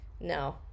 No